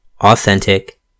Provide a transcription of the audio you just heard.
authentic